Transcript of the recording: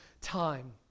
time